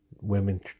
women